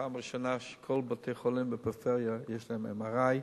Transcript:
פעם ראשונה שכל בתי-החולים בפריפריה יש להם MRI,